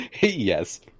Yes